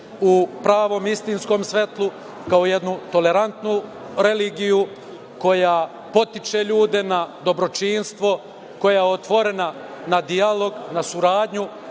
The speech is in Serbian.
u pravom istinskom svetlu, kao jednu tolerantnu religiju koja podstiče ljude na dobročinstvo, koja je otvorena za dijalog, za saradnju